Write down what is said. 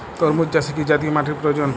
তরমুজ চাষে কি জাতীয় মাটির প্রয়োজন?